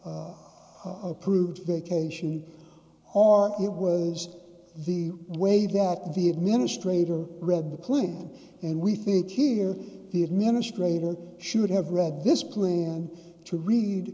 approved vacation or it was the way that the administrator read the clue and we think here the administrator should have read this plan to read